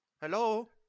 Hello